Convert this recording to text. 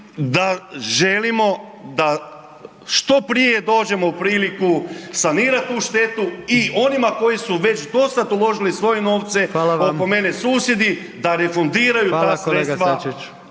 da želimo da što prije dođemo u priliku sanirat tu štetu i onima koji su već dosad uložili svoje novce …/Upadica: Hvala vam/…oko mene susjedi, da refundiraju ta sredstva